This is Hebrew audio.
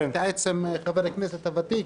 חבר הכנסת גינזבורג,